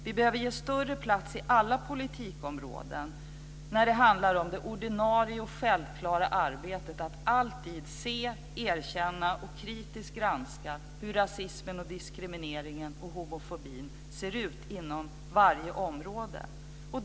Vi behöver ge större plats inom alla politikområden när det handlar om det ordinarie och självklara arbetet att alltid se, erkänna och kritiskt granska hur rasismen, diskrimineringen och homofobin ser ut inom varje område.